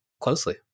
closely